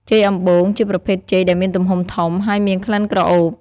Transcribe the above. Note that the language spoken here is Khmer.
ចេកអំបូង ជាប្រភេទចេកដែលមានទំហំធំ ហើយមានក្លិនក្រអូប។